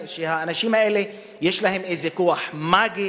שהאנשים האלה יש להם איזה כוח מאגי,